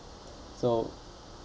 so